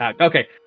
okay